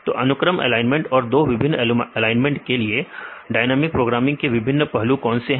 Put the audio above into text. तो अनुक्रम एलाइनमेंट और दो विभिन्न एलाइनमेंट के लिए डायनेमिक प्रोग्रामिंग के विभिन्न पहलू कौन से हैं